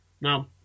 Now